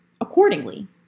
accordingly